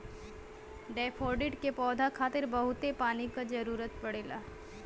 daffodil के पौधा खातिर बहुते पानी क जरुरत पड़ेला